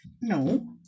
No